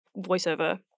voiceover